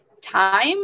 time